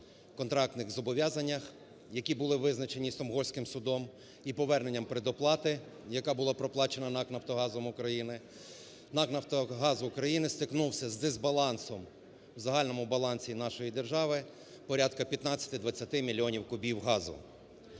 контрактних зобов'язань, які були визначені Стокгольмським судом, і поверненням передоплати, яка була проплачена НАК "Нафтогазом України", НАК "Нафтогаз України" стикнувся з дисбалансом в загальному балансі нашої державипорядка 15-20 мільйонів кубів газу.